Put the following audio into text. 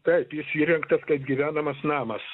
taip jis įrengtas gyvenamas namas